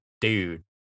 dude